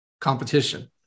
competition